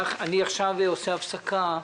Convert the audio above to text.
אני עושה עכשיו הפסקה.